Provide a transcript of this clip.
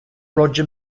roger